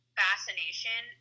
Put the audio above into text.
fascination